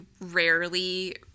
rarely